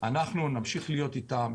אנחנו נמשיך להיות איתם,